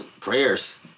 Prayers